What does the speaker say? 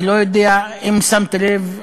אני לא יודע אם שמת לב,